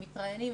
הם מתראיינים,